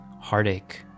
heartache